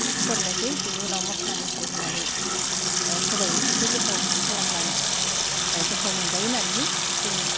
सेरनोसै बिनि उनाव मस्ला मस्लि होनानै सबाय ओंख्रिखो गोथाव खालामब्लानो गोथाव मोनजायो होननानैहै जों